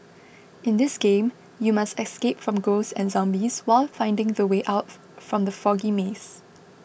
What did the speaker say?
in this game you must escape from ghosts and zombies while finding the way out from the foggy maze